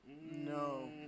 No